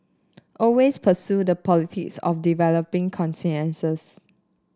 always pursue the politics of developing consensus